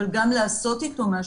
אבל גם לעשות איתו משהו,